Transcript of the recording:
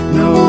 no